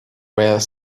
where